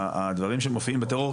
הדברים שמופיעים בטרור,